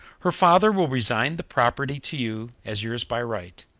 her father will resign the property to you as yours by right,